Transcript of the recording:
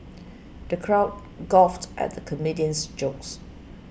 the crowd guffawed at the comedian's jokes